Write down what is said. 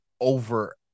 over